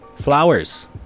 Flowers